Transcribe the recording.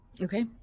Okay